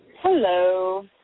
Hello